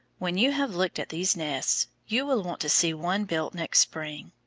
when you have looked at these nests, you will want to see one built next spring.